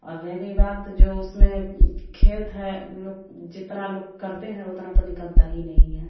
और रह गई बात जो उसमें खेत हैं लोग जितना लोग करते हैं उतना तो निकलता ही नहीं हैं